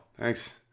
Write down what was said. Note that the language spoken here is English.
Thanks